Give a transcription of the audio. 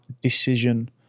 decision